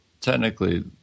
technically